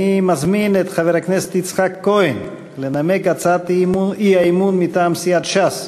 אני מזמין את חבר הכנסת יצחק כהן לנמק הצעת אי-אמון מטעם סיעת ש"ס: